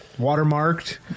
watermarked